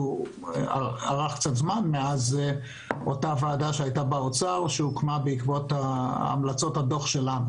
רחוק מימי הוועדה שהוקמה באוצר בעקבות הדוח שלנו.